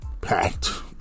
packed